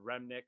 Remnick